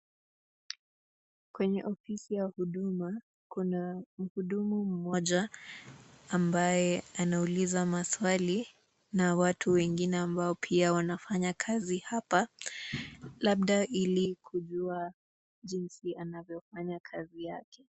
kwenye ofisi ya huduma kuna mhudumu mmoja ambaye anauliza maswali na watu wengine ambao pia wanafanya kazi hapa labda ili kujua jinsi anavyofanya kazi yake.